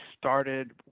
started